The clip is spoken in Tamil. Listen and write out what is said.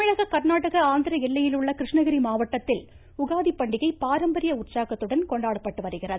தமிழக கா்நாடக ஆந்திர எல்லையிலுள்ள கிருஷ்ணகிரி மாவட்டத்தில் உகாதி பண்டிகை பாரம்பரிய உற்சாகத்துடன் கொண்டாடப்பட்டு வருகிறது